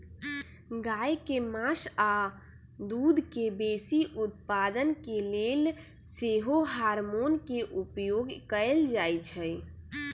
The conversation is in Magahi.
गाय के मास आऽ दूध के बेशी उत्पादन के लेल सेहो हार्मोन के उपयोग कएल जाइ छइ